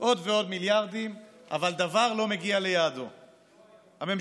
אבל יש להם מזל